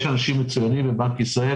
יש אנשים מצוינים בבנק ישראל.